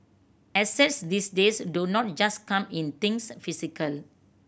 assets these days do not just come in things physical